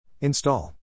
Install